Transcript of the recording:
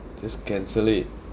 just cancel it